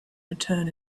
return